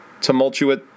tumultuous